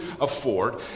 afford